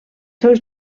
seus